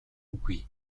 үгүй